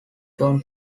john